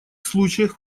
случаях